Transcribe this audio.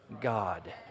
God